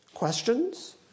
questions